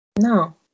No